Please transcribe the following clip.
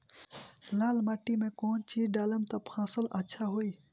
लाल माटी मे कौन चिज ढालाम त फासल अच्छा होई?